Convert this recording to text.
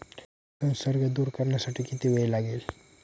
संसर्ग दूर करण्यासाठी किती वेळ लागेल?